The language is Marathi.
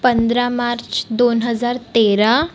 पंधरा मार्च दोन हजार तेरा